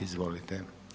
Izvolite.